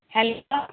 hello